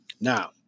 Now